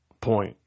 point